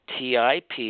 tip